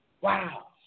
Wow